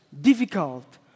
difficult